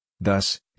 Thus